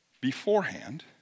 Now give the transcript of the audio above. beforehand